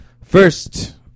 First